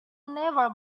never